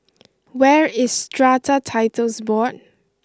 where is Strata Titles Board